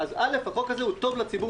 זה בדיעבד.